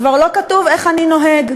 כבר לא כתוב "איך אני נוהג?"